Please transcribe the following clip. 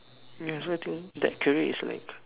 ya so I think that career is like